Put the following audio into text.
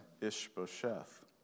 Ishbosheth